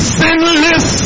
sinless